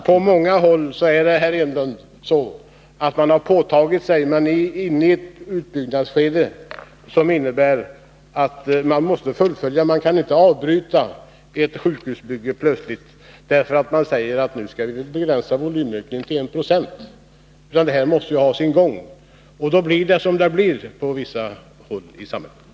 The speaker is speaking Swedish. Herr talman! På många håll, Eric Enlund, är kommunerna inne i ett utbyggnadsskede, som innebär att verksamheten måste fullföljas. Man kan inte plötsligt avbryta ett sjukhusbygge bara därför att man måste begränsa volymökningen till 1 96. Verksamheten måste ha sin gång. Då blir det som det blir på vissa håll i samhället.